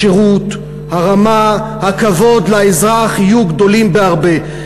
השירות, הרמה, הכבוד לאזרח, יהיו גדולים בהרבה.